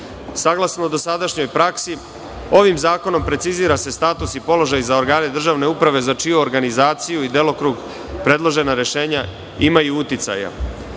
saglasno dosadanjoj praksi ovim zakonom precizira se status i položaj za organe državne uprave za čiju organizaciju i delokrug predložena rešenja imaju uticaja.